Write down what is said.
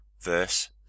verse